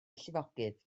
llifogydd